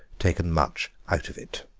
taken much out of it.